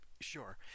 sure